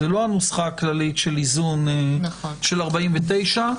זאת לא הנוסחה הכללית של איזון של 49,